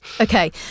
Okay